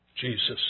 Jesus